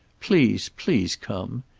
please, please come.